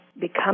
become